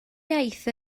iaith